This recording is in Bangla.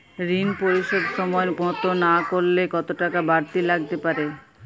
ঋন পরিশোধ সময় মতো না করলে কতো টাকা বারতি লাগতে পারে?